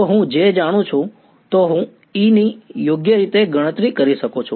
જો હું J જાણું છું તો હું Eની યોગ્ય ગણતરી કરી શકું છું